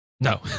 No